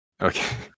Okay